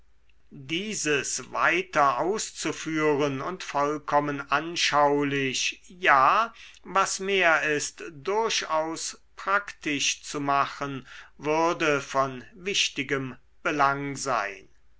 dieses weiter auszuführen und vollkommen anschaulich ja was mehr ist durchaus praktisch zu machen würde von wichtigem belang sein